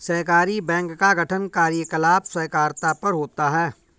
सहकारी बैंक का गठन कार्यकलाप सहकारिता पर होता है